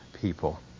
people